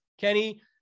Kenny